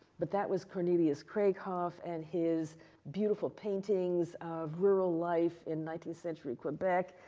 but that was cornelius krieghoff and his beautiful paintings of rural life in nineteenth century quebec.